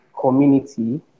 community